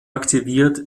aktiviert